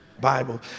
Bible